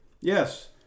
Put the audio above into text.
Yes